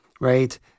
right